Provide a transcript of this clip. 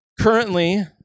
currently